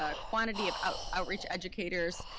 ah quantity of outreach educators,